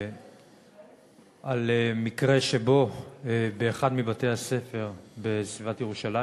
שאילתה על מקרה שבו באחד מבתי-הספר בסביבת ירושלים,